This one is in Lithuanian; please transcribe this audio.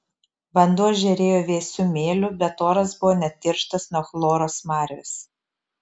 vanduo žėrėjo vėsiu mėliu bet oras buvo net tirštas nuo chloro smarvės